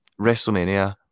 WrestleMania